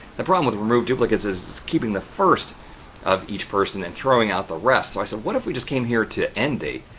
the problem with remove duplicates is, it's keeping the first of each person and throwing out the rest. so, i said, what if we just came here to end date?